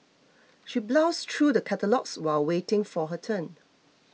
she browsed through the catalogues while waiting for her turn